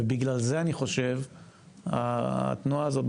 ובגלל זה אני חושב התנועה הזאת,